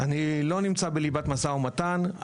אני לא נמצא בליבת המשא ומתן,